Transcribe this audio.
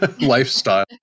lifestyle